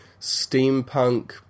steampunk